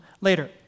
later